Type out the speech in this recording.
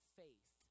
faith